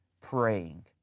praying